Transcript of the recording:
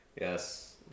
Yes